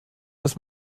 das